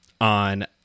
on